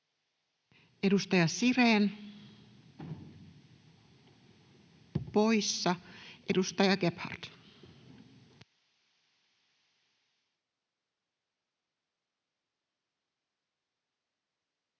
Edustaja Sirén poissa. — Edustaja Gebhard.